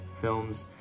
films